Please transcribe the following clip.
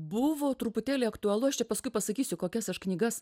buvau truputėlį aktualu aš čia paskui pasakysiu kokias aš knygas